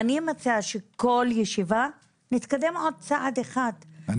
אני מציעה שכל ישיבה נתקדם עוד צעד אחד,